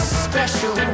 special